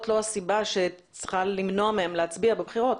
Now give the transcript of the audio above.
לא הסיבה שצריכה למנוע מהם להצביע בבחירות.